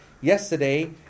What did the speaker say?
yesterday